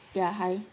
ya hi